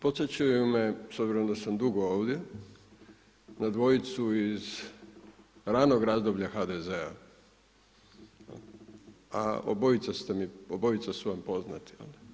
Podsjećaju me, s obzirom da sam dugo ovdje, na dvojicu iz ranog razdoblja HDZ-a, a obojica su vam poznati.